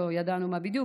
לא ידענו מה בדיוק.